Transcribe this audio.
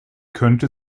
könnte